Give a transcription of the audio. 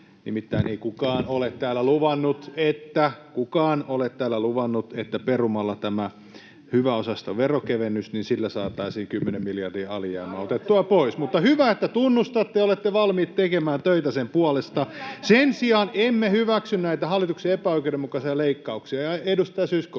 Nimittäin ei kukaan ole täällä luvannut, että perumalla tämä hyväosaisten veronkevennys saataisiin 10 miljardin alijäämä otettua pois. [Mauri Peltokankaan välihuuto] Mutta hyvä, että tunnustatte ja olette valmiit tekemään töitä sen puolesta. Sen sijaan emme hyväksy näitä hallituksen epäoikeudenmukaisia leikkauksia. Edustaja Zyskowicz